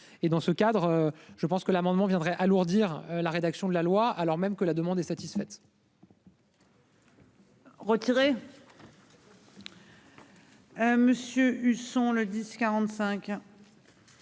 et dans ce cadre. Je pense que l'amendement viendrait alourdir la rédaction de la loi alors même que la demande est satisfaite.------